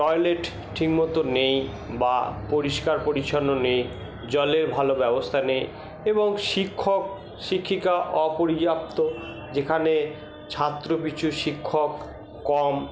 toilet ঠিকমতো নেই বা পরিষ্কার পরিছন্ন নেই জলের ভালো ব্যবস্থা নেই এবং শিক্ষক শিক্ষিকা অপর্যাপ্ত যেখানে ছাত্র পিছু শিক্ষক কম